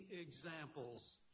examples